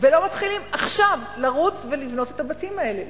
ולא מתחילים עכשיו לרוץ ולבנות את הבתים האלה?